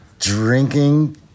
Drinking